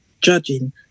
judging